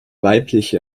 weibliche